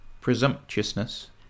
presumptuousness